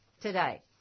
today